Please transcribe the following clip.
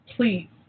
Please